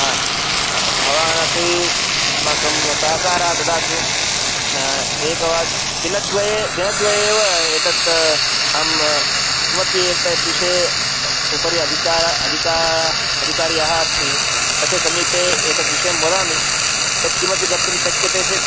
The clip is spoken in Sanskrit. हा भवानपि अस्माकं सहकारः ददातु एकवारं दिनद्वये दिनद्वये एव एतत् अहं किमपि एतत्विषये उपरि अधिकारः अधिकारः अधिकारिः अस्ति तस्य समीपे एतत् विषयं वदामि यत्किमपि कर्तुं शक्यते चेत्